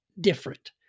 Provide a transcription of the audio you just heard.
different